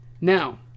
Now